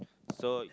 so